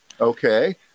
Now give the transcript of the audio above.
okay